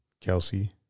Kelsey